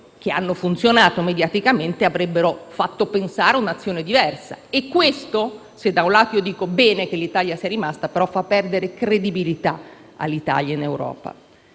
che hanno funzionato mediaticamente, avrebbero fatto pensare a un'azione diversa e, se da un lato ritengo positivo che l'Italia sia rimasta, questo però fa perdere credibilità all'Italia in Europa.